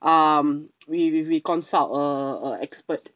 um we we consult uh uh expert